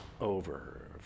over